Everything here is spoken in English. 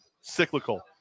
Cyclical